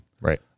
right